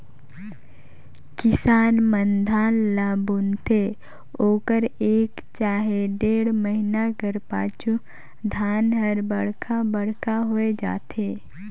किसान मन धान ल बुनथे ओकर एक चहे डेढ़ महिना कर पाछू धान हर बड़खा बड़खा होए जाथे